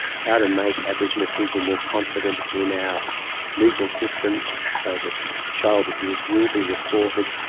how to make aboriginal people more confident in our legal system so that child abuse will be reported,